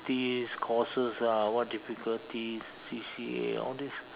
~ity courses lah what difficulties C_C_A all these